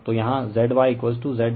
तो यहाँ ZyZ∆ 3 है